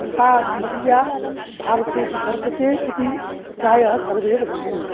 सा समस्या भारते अपि वर्तते इति प्रायः सर्वे वदन्ति